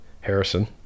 harrison